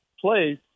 place